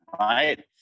right